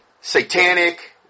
satanic